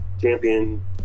champion